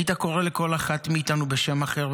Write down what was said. היית קורא לכל אחת מאיתנו בשם אחר,